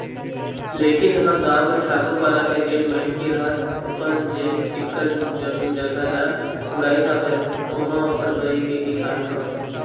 लेकिन हमर गाँव के ठाकूर पारा के जेन मनखे ह अपन जेन चिक्कन जमीन जघा ल उड़ाइस हवय ओमा ओखर बाई के ही हाथ हवय